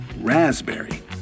raspberry